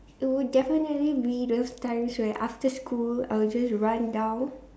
it would definitely be those times where after school I would just run down